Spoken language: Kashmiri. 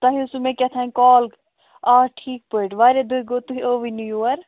تۅہہِ ٲسوٕ مےٚ کیٚنٛہہ تام کال آ ٹھیٖک پٲٹھۍ واریاہ دۅہ گٔے تُہۍ آیوٕ نہٕ یور